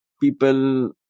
people